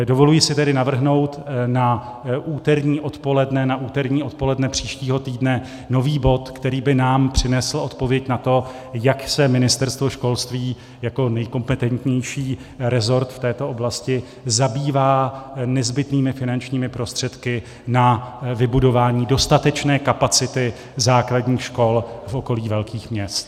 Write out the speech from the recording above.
Dovoluji si tedy navrhnout na úterní odpoledne příštího týdne nový bod, který by nám přinesl odpověď na to, jak se Ministerstvo školství jako nejkompetentnější resort v této oblasti zabývá nezbytnými finančními prostředky na vybudování dostatečné kapacity základních škol v okolí velkých měst.